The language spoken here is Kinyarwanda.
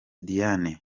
diane